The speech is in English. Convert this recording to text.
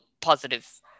positive